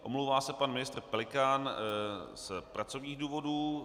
Omlouvá se pan ministr Pelikán z pracovních důvodů.